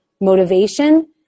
motivation